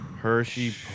hershey